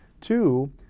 Two